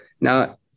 Now